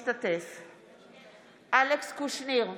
אינו משתתף בהצבעה אלכס קושניר?